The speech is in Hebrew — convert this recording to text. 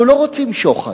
אנחנו לא רוצים שוחד.